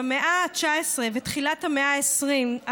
במאה ה-19 ותחילת המאה ה-20,